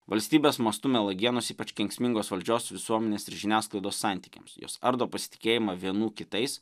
valstybės mastu melagienos ypač kenksmingos valdžios visuomenės ir žiniasklaidos santykiams jos ardo pasitikėjimą vienų kitais